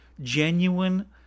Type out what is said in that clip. genuine